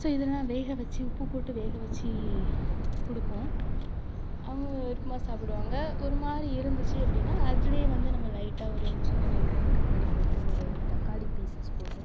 so இதெல்லாம் வேக வச்சு உப்பு போட்டு வேக வச்சு கொடுப்போம் அவங்க விருப்பமாக சாப்பிடுவாங்க ஒரு மாதிரி இருந்துச்சு அப்படின்னா அதுலையும் வந்து நம்ம லைட்டாக ஒரு சின்ன வெங்காயம் கட் பண்ணி போட்டு ஒரு தக்காளி பீஸஸ் போட்டு